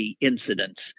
incidents